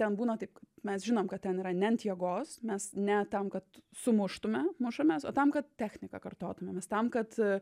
ten būna taip kad mes žinom kad ten yra ne ant jėgos mes ne tam kad sumuštume mažumės o tam kad techniką kartotumėmės tam kad